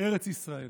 ארץ ישראל.